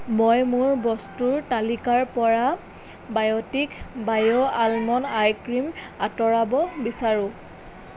মই মোৰ বস্তুৰ তালিকাৰ পৰা Biotique bio almond eye cream আঁতৰাব বিচাৰোঁ